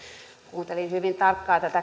kuuntelin hyvin tarkkaan tätä